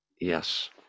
Yes